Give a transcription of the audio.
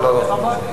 לכבוד לי.